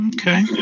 Okay